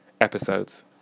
episodes